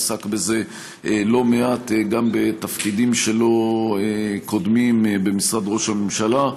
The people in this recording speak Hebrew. עסק בזה לא מעט גם בתפקידים קודמים שלו במשרד ראש הממשלה,